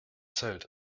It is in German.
zelt